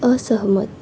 असहमत